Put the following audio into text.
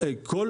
כך,